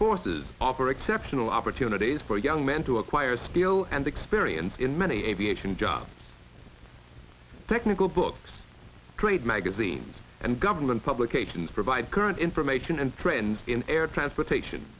forces operate sceptical opportunities for young men to acquire steel and experience in many aviation jobs technical books trade magazines and government publications provide current information and trends in air transportation